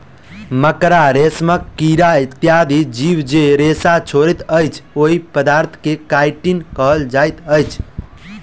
मकड़ा, रेशमक कीड़ा इत्यादि जीव जे रेशा छोड़ैत अछि, ओहि पदार्थ के काइटिन कहल जाइत अछि